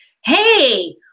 hey